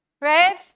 right